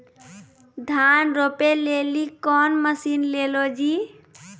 धान रोपे लिली कौन मसीन ले लो जी?